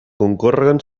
concórreguen